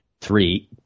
three